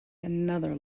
another